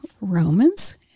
Romans